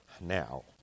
now